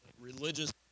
religious